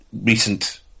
recent